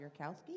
Yurkowski